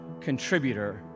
contributor